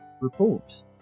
report